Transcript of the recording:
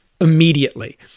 immediately